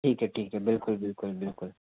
ठीक है ठीक है बिल्कुल बिल्कुल बिल्कुल